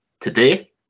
today